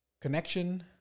connection